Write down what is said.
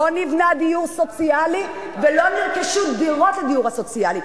לא נבנה דיור סוציאלי ולא נרכשו דירות לדיור הסוציאלי.